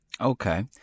Okay